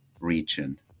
region